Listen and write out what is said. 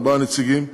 ארבעה נציגים,